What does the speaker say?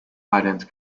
island